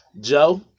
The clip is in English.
Joe